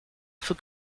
for